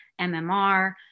MMR